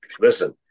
listen